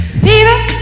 Fever